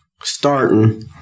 starting